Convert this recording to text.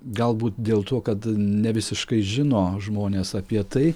galbūt dėl to kad nevisiškai žino žmonės apie tai